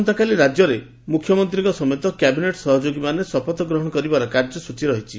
ଆସନ୍ତାକାଲି ରାଜ୍ୟରେ ମୁଖ୍ୟମନ୍ତ୍ରୀଙ୍କ ସମେତ କ୍ୟାବିନେଟ୍ ସହଯୋଗୀମାନେ ଶପଥ ଗ୍ରହଣ କରିବାର କାର୍ଯ୍ୟସ୍ଟ୍ରୀ ରହିଛି